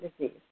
disease